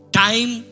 time